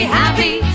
happy